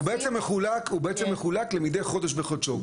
הוא בעצם מחולק למדי חודש בחודשו.